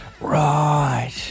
Right